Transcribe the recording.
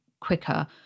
quicker